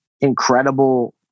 incredible